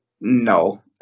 no